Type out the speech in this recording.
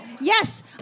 Yes